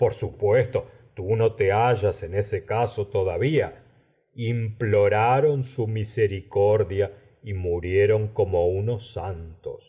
por supuesto tú no te hallas en ese caso todavía imploraron su misericordia y murieron como unos santos